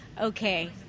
Okay